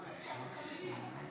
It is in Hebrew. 38 נגד,